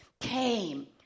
came